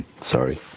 sorry